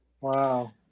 Wow